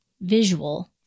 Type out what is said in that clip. visual